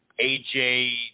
aj